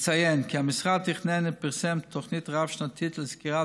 יש לציין כי המשרד תכנן ופרסם תוכנית רב-שנתית לסגירת